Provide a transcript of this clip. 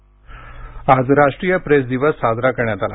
press दिवस आज राष्ट्रीय प्रेस दिवस साजरा करण्यात आला